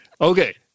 Okay